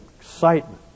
excitement